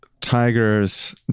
tigers